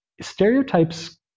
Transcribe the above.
stereotypes